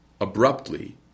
abruptly